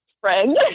friend